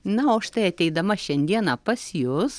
na o štai ateidama šiandieną pas jus